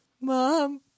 Mom